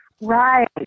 Right